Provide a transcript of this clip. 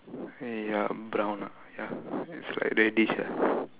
mm ya brown ya is like reddish ah